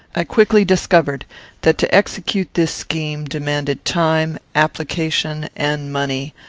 i quickly discovered that to execute this scheme demanded time, application, and money,